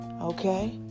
okay